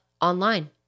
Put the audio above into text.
online